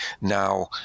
Now